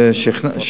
לפגיות,